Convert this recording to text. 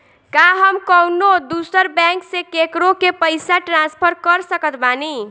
का हम कउनों दूसर बैंक से केकरों के पइसा ट्रांसफर कर सकत बानी?